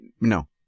No